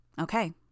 Okay